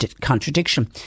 contradiction